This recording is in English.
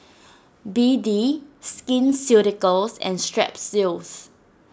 B D Skin Ceuticals and Strepsils